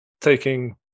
taking